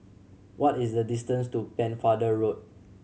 what is the distance to Pennefather Road